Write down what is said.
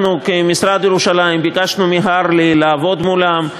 אנחנו כמשרד לירושלים ביקשנו מהרל"י לעבוד מולם,